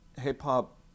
hip-hop